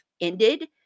ended